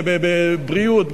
בבריאות,